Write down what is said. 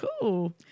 cool